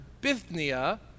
Bithynia